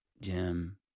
Jim